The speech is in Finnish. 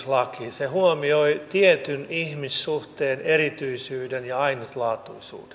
se huomioi tietyn ihmissuhteen erityisyyden ja ainutlaatuisuuden sen tähden